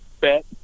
bet